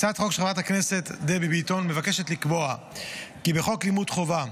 הצעת החוק של חברת הכנסת דבי ביטון מבקשת לקבוע כי בחוק לימוד חובה,